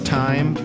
time